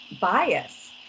bias